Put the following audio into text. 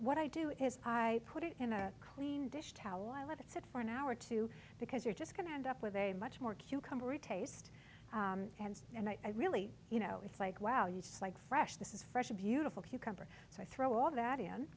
what i do is i put it in a clean dish towel i let it sit for an hour or two because you're just going to end up with a much more cucumber a taste and and i really you know it's like wow you just like fresh this is fresh a beautiful cucumber so i throw all that in